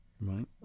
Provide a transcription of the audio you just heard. Right